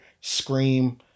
Scream